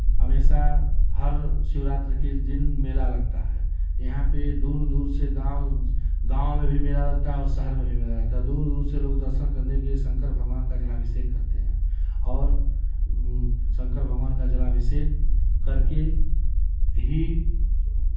हमेशा हर शिवरात्रि के दिन मेला लगता है यहाँ पे दूर दूर से गाँव गाँव में भी मेला लगता है और शहर मे भी मेला लगता है दूर दूर से लोग दर्शन करने के लिए शंकर भगवान का जलाभिषेक करते हैं और शंकर भगवान का जलाभिषेक करके ही